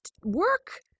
work